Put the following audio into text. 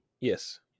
yes